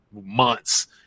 months